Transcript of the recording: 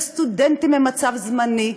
וסטודנטים הם במצב זמני.